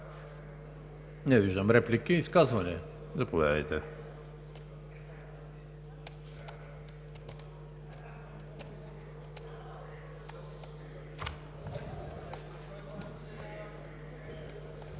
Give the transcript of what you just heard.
Не виждам реплики. Изказване? Заповядайте